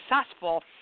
successful